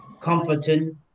comforting